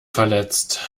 verletzt